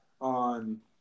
on